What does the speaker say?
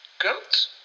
goats